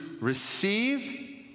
receive